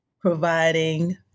providing